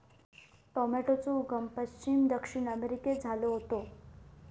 टॉमेटोचो उगम पश्चिम दक्षिण अमेरिकेत झालो होतो